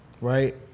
right